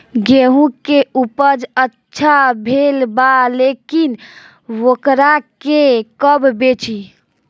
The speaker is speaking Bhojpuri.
गेहूं के उपज अच्छा भेल बा लेकिन वोकरा के कब बेची?